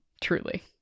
Truly